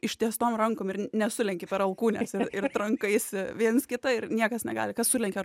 ištiestom rankom ir nesulenki per alkūnes ir trankaisi viens kitą ir niekas negali kas sulenkia